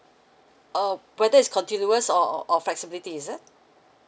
uh whether is continuous or or flexibility is it